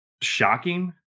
shocking